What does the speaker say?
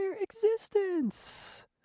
existence